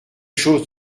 choses